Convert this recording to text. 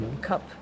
Cup